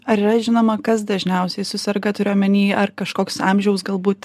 ar yra žinoma kas dažniausiai suserga turiu omeny ar kažkoks amžiaus galbūt